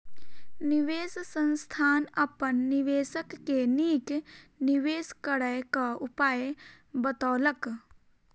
निवेश संस्थान अपन निवेशक के नीक निवेश करय क उपाय बतौलक